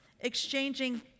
exchanging